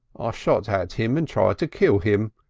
ah shot ah at him and tried to kill him.